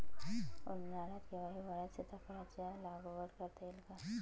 उन्हाळ्यात किंवा हिवाळ्यात सीताफळाच्या लागवड करता येईल का?